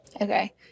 Okay